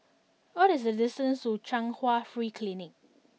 what is the distance to Chung Hwa Free Clinic